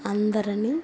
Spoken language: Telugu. అందరిని